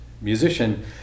musician